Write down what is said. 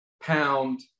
pound